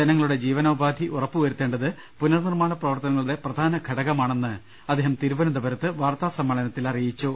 ജനങ്ങളുടെ ജീവനോ പാധി ഉറപ്പുവരുത്തേണ്ടത് പുനർനിർമ്മാണ പ്രവർത്തനങ്ങളുടെ പ്രധാനഘടകമാ ണെന്ന് അദ്ദേഹം തിരുവനന്തപുരത്ത് വാർത്താസമ്മേളനത്തിൽ അറിയിച്ചു